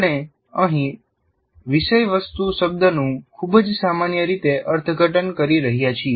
આપણે અહીં વિષયવસ્તુ શબ્દનું ખૂબ જ સામાન્ય રીતે અર્થઘટન કરી રહ્યા છીએ